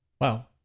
Wow